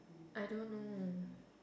I don't know